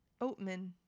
Oatman